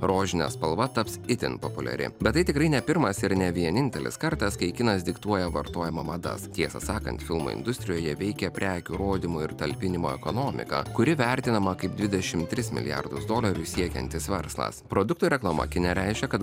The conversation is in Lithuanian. rožinė spalva taps itin populiari bet tai tikrai ne pirmas ir ne vienintelis kartas kai kinas diktuoja vartojimo madas tiesą sakant filmų industrijoje veikia prekių rodymo ir talpinimo ekonomika kuri vertinama kaip dvidešim tris milijardus dolerių siekiantis verslas produktų reklama kine reiškia kad